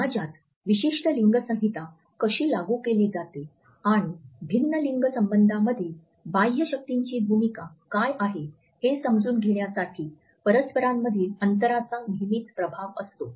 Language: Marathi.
समाजात विशिष्ट लिंग संहिता कशी लागू केली जाते आणि भिन्न लिंग संबंधांमधील बाह्य शक्तीची भूमिका काय आहे हे समजून घेण्यासाठी परस्परांमधील अंतराचा नेहमीच प्रभाव असतो